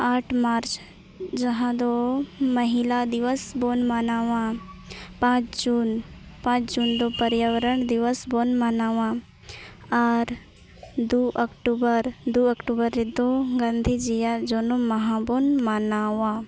ᱟᱴ March ᱡᱟᱦᱟᱸᱫᱚ ᱢᱟᱦᱤᱞᱟ ᱫᱤᱵᱚᱥᱵᱚᱱ ᱢᱟᱱᱟᱣᱟ ᱯᱟᱸᱪ ᱡᱩᱱ ᱯᱟᱸᱪ ᱡᱩᱱᱫᱚ ᱯᱟᱨᱭᱟᱵᱚᱨᱚᱱ ᱫᱤᱵᱚᱥᱵᱚᱱ ᱢᱟᱱᱟᱣᱟ ᱟᱨ ᱫᱩ ᱚᱠᱴᱳᱵᱚᱨ ᱫᱩ ᱚᱠᱴᱳᱵᱚᱨ ᱨᱮᱫᱚ ᱜᱟᱱᱫᱷᱤᱡᱤᱭᱟᱜ ᱡᱚᱱᱚᱢ ᱢᱟᱦᱟᱵᱚᱱ ᱢᱟᱱᱟᱣᱟ